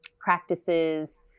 practices